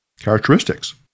characteristics